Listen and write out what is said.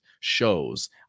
shows